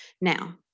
Now